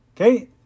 Okay